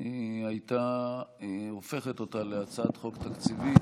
הייתה הופכת אותה להצעת חוק תקציבית,